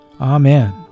Amen